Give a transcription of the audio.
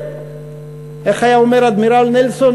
איך היה אומר האדמירל נלסון?